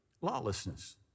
lawlessness